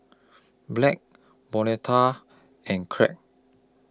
Blanch Bonita and Kraig